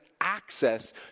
access